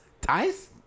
ties